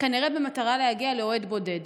כנראה במטרה להגיע לאוהד בודד.